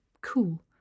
cool